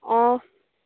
অঁ